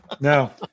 No